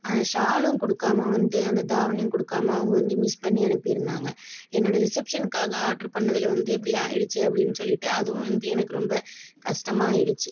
அந்த ஷாலும் குடுக்காமல் வந்து அந்த தாவணியும் குடுக்காமல் அவங்க வந்து மிஸ் பண்ணி அனுப்பியிருந்தாங்க என்னோடய ரிசெப்ஷனுக்காக ஆர்டரு பண்ணதில வந்து இப்படி ஆயிடுச்சே அப்படின்னு சொல்லிட்டு அதுவும் வந்து எனக்கு ரொம்ப கஷ்டமாயிடுச்சு